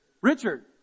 Richard